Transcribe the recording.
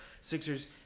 Sixers